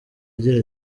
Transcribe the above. agira